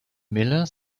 miller